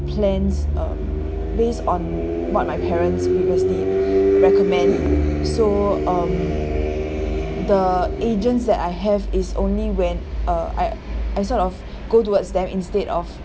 plans uh based on what my parents previously recommend so um the agents that I have is only when uh I I sort of go towards them instead of